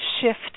shift